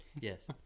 yes